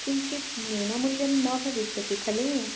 किञ्चित् न्यूनमूल्यं न भविष्यति खलु